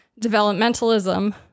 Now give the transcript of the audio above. developmentalism